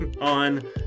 on